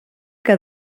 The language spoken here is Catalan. que